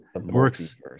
works